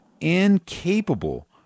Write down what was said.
incapable